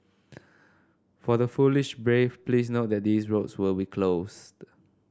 for the foolish brave please note that these roads will be closed